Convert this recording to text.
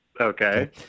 Okay